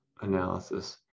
analysis